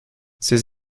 ses